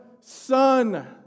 son